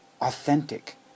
authentic